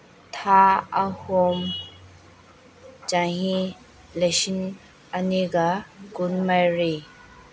ꯊꯥ ꯑꯍꯨꯝ ꯆꯍꯤ ꯂꯤꯁꯤꯡ ꯑꯅꯤꯒ ꯀꯨꯟꯃꯔꯤ